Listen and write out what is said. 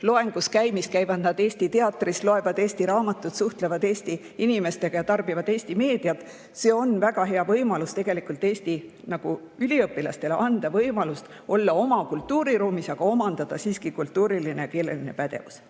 loengus käimist käivad nad eesti teatris, loevad eesti raamatut, suhtlevad Eesti inimestega ja tarbivad Eesti meediat. See on väga hea võimalus anda Eesti üliõpilastele võimalus olla oma kultuuriruumis, aga omandada kultuuriline ja keeleline pädevus.